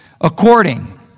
According